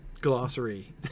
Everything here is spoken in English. glossary